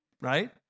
Right